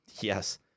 yes